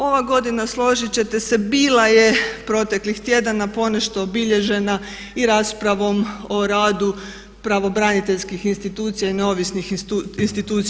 Ova godina složit ćete se bila je proteklih tjedana ponešto obilježena i raspravom o radu pravobraniteljskih institucija i neovisnih institucija.